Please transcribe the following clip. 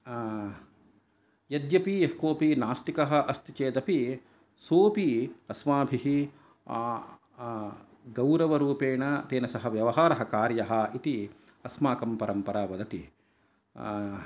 यद्यपि यः कोपि नास्तिकः अस्ति चेत् अपि सोपि अस्माभिः गौरवरूपेण तेन सः व्यवहारः कार्यः इति अस्माकं परम्परा भवति